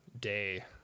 day